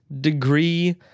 degree